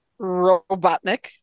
Robotnik